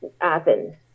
Athens